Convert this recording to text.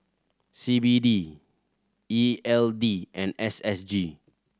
C B D E L D and S S G